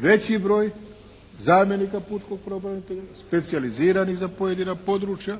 veći broj zamjenika pučkog pravobranitelja specijaliziranih za pojedina područja